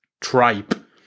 tripe